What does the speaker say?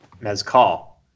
Mezcal